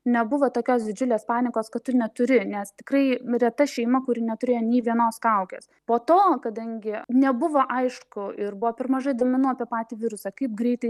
nebuvo tokios didžiulės panikos kad tu neturi nes tikrai reta šeima kuri neturėjo nė vienos kaukės po to kadangi nebuvo aišku ir buvo per mažai duomenų apie patį virusą kaip greitai